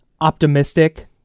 optimistic